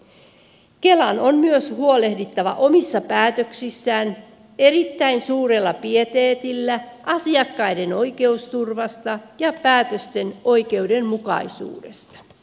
kelan on myös huolehdittava omissa päätöksissään erittäin suurella pieteetillä asiakkaiden oikeusturvasta ja päätösten oikeudenmukaisuudesta